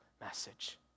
message